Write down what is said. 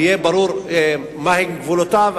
ויהיה ברור מה הם גבולותיו,